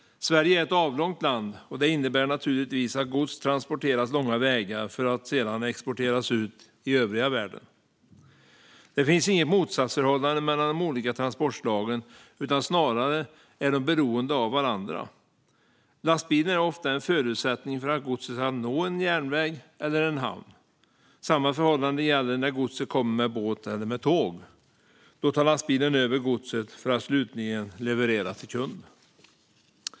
Sverige är ett avlångt land, och det innebär naturligtvis att gods transporteras långa vägar för att exporteras ut i övriga världen. Det finns inget motsatsförhållande mellan de olika transportslagen utan snarare är de beroende av varandra. Lastbilen är ofta en förutsättning för att godset ska nå en järnväg eller en hamn. Samma förhållande gäller när godset kommer med båt eller tåg. Då tar lastbilen över godset för att slutligen leverera till kund.